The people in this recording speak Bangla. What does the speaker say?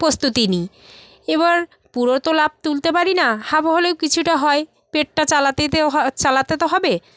প্র স্তুতি নিই এবার পুরো তো লাব তুলতে পারি না হাফ হলেও কিছুটা হয় পেটটা চালাতে তো হ চালাতে তো হবে